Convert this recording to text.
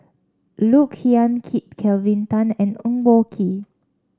Look Yan Kit Kelvin Tan and Eng Boh Kee